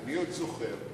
אני עוד זוכר,